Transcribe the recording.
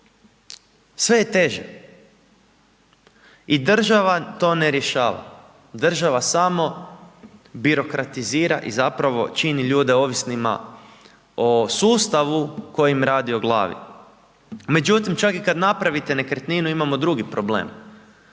sve je teže. I država to ne rješava, država samo birokratizira i zapravo čini ljude ovisnima o sustavu koji im radi o glavi. Međutim čak i kad napravite nekretninu, imamo drugi problem.